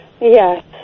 Yes